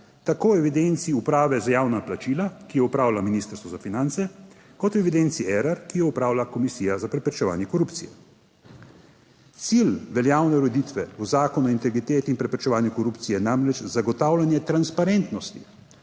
tako v evidenci Uprave za javna plačila, ki jo upravlja Ministrstvo za finance, kot v evidenci Erar, ki jo upravlja Komisija za preprečevanje korupcije. Cilj veljavne ureditve v Zakonu o integriteti in preprečevanju korupcije je namreč zagotavljanje transparentnosti